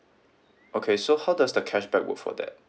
okay so how does the cashback work for that